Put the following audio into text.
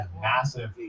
massive